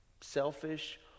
selfish